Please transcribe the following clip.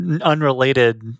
unrelated